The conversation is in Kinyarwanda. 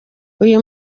uyu